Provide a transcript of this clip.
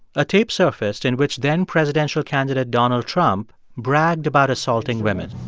a tape surfaced in which then-presidential candidate donald trump bragged about assaulting women